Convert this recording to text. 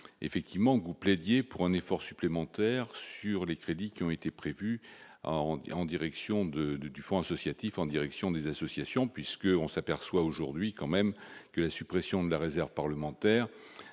effectivement vous plaît pour un effort supplémentaire sur les crédits qui ont été prévus à en en direction de du fonds associatifs, en direction des associations puisque on s'aperçoit aujourd'hui quand même que la suppression de la réserve parlementaire